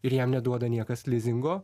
ir jam neduoda niekas lizingo